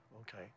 Okay